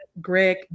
Greg